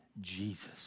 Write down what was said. Jesus